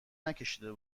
نکشیده